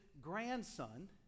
grandson